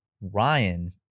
Ryan